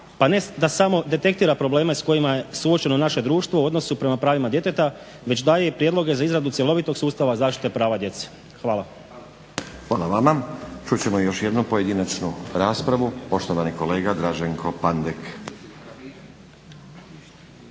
pa ne da samo detektira probleme s kojima je suočeno naše društvo u odnosu prema pravima djeteta već daje i prijedloge za izradu cjelovitog sustava zaštite prava djece. Hvala. **Stazić, Nenad (SDP)** Hvala vama. Čut ćemo još jednu pojedinačnu raspravu. Poštovani kolega Draženko Pandek.